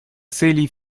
целей